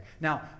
Now